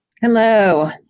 Hello